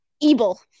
evil